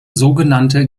sogenannte